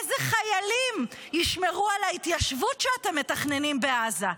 איזה חיילים ישמרו על ההתיישבות שאתם מתכננים בעזה?